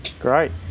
Great